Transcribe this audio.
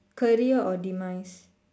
career or demise